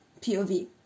POV